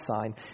sign